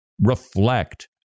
Reflect